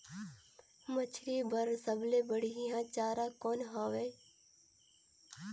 मछरी बर सबले बढ़िया चारा कौन हवय?